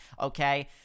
okay